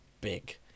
big